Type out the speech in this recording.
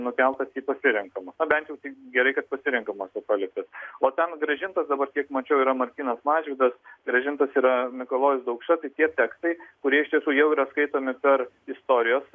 nukeltas į pasirenkamus na bent jau gerai kad pasirenkamas paliktas o ten grąžintas dabar kiek mačiau yra martynas mažvydas grąžintas yra mikalojus daukša tai tie tekstai kurie iš tiesų jau yra skaitomi per istorijos